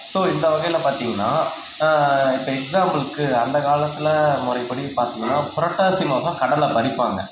so இந்த வகையில் பார்த்தீங்கன்னா இப்போ எக்ஸாம்பிளுக்கு அந்தக் காலத்தில் முறைப்படி பார்த்தீங்கன்னா புரட்டாசி மாதம் கடலை பறிப்பாங்க